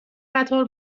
قطار